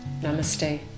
Namaste